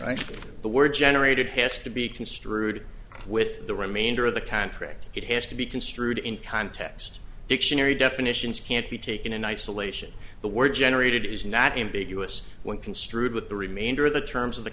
ambiguous the word generated has to be construed with the remainder of the contract it has to be construed in context dictionary definitions can't be taken in isolation the word generated is not invade us when construed with the remainder of the terms of the